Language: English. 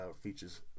features